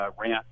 rent